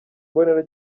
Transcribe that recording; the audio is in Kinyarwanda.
mbonera